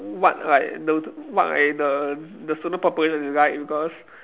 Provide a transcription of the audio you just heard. what like the what like the the student population is like because